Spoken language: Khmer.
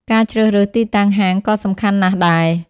ការជ្រើសរើសទីតាំងហាងក៏សំខាន់ណាស់ដែរ។